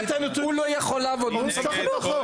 הוא לא יכול לעבוד במשרד החינוך.